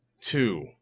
two